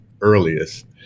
earliest